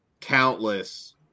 countless